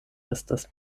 estas